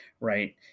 right